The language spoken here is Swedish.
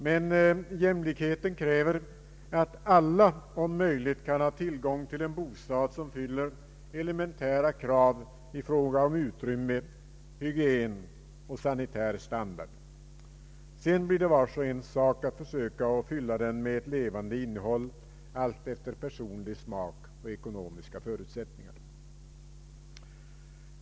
Men jämlikheten kräver att alla om möjligt kan ha tillgång till en bostad som fyller elementära krav i fråga om utrymme, hygien och sanitär standard. Sedan blir det vars och ens sak att försöka fylla den med ett levande innehåll, alltefter personlig smak och ekonomiska förutsättningar.